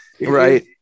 Right